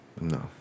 no